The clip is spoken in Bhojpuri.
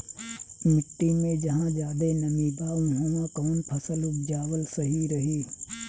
मिट्टी मे जहा जादे नमी बा उहवा कौन फसल उपजावल सही रही?